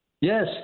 Yes